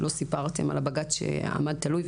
לא סיפרתם על הבג"ץ שעמד תלוי,